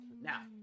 Now